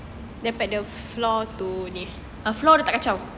floor dia tak kacau